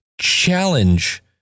challenge